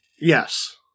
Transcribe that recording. Yes